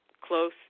close